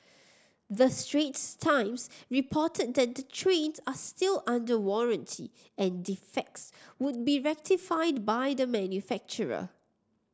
the Straits Times reported that the trains are still under warranty and defects would be rectified by the manufacturer